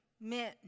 meant